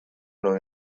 know